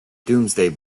domesday